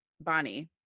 bonnie